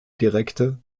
direkte